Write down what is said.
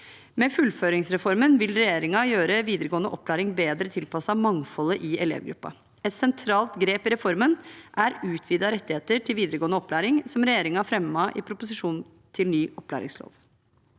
for flere føringsreformen vil regjeringen gjøre videregående opplæring bedre tilpasset mangfoldet i elevgruppen. Et sentralt grep i reformen er utvidede rettigheter til videregående opplæring, som regjeringen fremmet i proposisjonen til ny opplæringslov.